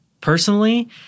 personally